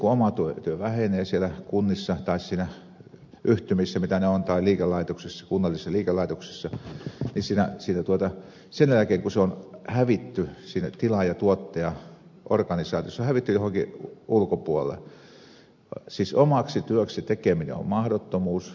yleensä oma työ vähenee siellä kunnissa tai yhtymissä tai kunnallisissa liikelaitoksissa sen jälkeen kun tilaajatuottaja organisaatiossa se on hävitty johonkin ulkopuolelle siis omaksi työksi tekeminen on mahdottomuus